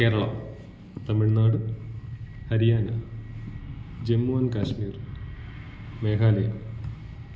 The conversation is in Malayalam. കേരളം തമിഴ്നാട് ഹരിയാന ജമ്മു ആൻഡ് കശ്മീർ മേഘാലയ